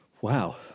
Wow